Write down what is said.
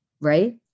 right